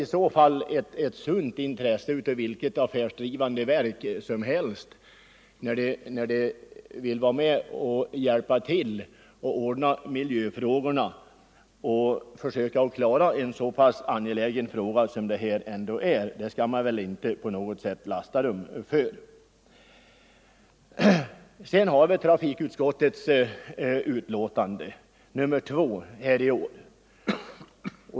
Det Nr 128 är ett sunt intresse hos vilket affärsgivande företag som helst, om det Tisdagen den vill vara med och hjälpa till att lösa miljöproblemen och försöka klara 26 november 1974 en så angelägen sak som detta. Det skall man väl inte lasta dem för. I Så till trafikutskottets betänkande nr 2 i år.